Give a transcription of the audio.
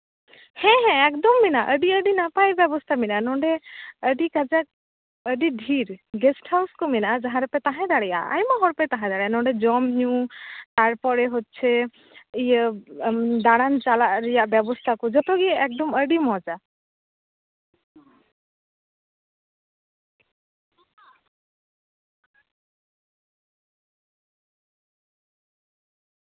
ᱦᱮᱸ ᱦᱮᱸ ᱮᱠᱫᱚᱢ ᱢᱮᱱᱟᱜᱼᱟ ᱟᱹᱰᱤ ᱟᱹᱰᱤ ᱱᱟᱯᱟᱭ ᱵᱮᱵᱚᱥᱛᱟ ᱢᱮᱱᱟᱜᱼᱟ ᱱᱚᱰᱮ ᱟᱹᱰᱤ ᱠᱟᱡᱟᱠ ᱟᱹᱰᱤ ᱰᱷᱤᱨ ᱜᱮᱥᱴ ᱦᱟᱣᱩᱥ ᱠᱚ ᱢᱮᱱᱟᱜᱼᱟ ᱡᱟᱦᱟᱸ ᱨᱮᱯᱮ ᱛᱟᱦᱮᱸ ᱫᱟᱲᱮᱭᱟᱜᱼᱟ ᱟᱭᱢᱟ ᱦᱚᱲ ᱯᱮ ᱛᱟᱦᱮᱸ ᱫᱟᱲᱮᱭᱟᱜᱼᱟ ᱱᱚᱰᱮ ᱡᱚᱢᱼᱧᱩ ᱛᱟᱨᱯᱚᱨᱮ ᱦᱚᱪᱪᱷᱮ ᱤᱭᱟᱹ ᱫᱟᱬᱟᱱ ᱪᱟᱞᱟᱜ ᱨᱮᱭᱟᱜ ᱵᱮᱵᱚᱥᱛᱟ ᱠᱚ ᱡᱚᱛᱚ ᱜᱮ ᱮᱠᱫᱚᱢ ᱟᱹᱰᱤ ᱢᱚᱡᱟ